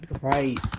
right